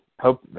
hope